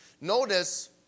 Notice